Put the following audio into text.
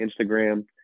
Instagram